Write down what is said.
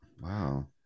wow